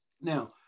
Now